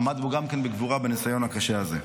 עמד בו בגבורה גם כן, בניסיון הקשה הזה.